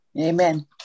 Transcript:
Amen